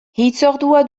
hitzordua